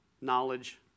knowledge